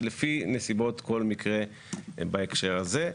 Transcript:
לפי נסיבות כל מקרה בהקשר הזה.